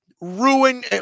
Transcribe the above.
ruin